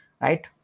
right